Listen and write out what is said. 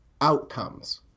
outcomes